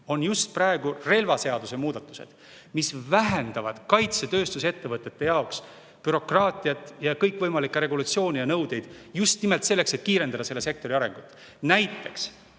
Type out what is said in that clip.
on praegu relvaseaduse muudatused, mis vähendavad kaitsetööstusettevõtete jaoks bürokraatiat ja kõikvõimalikke regulatsioone ja nõudeid ning seda just nimelt selleks, et kiirendada selle sektori arengut. Näiteks,